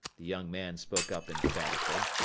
the young man spoke up emphatically.